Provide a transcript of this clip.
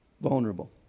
vulnerable